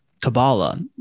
kabbalah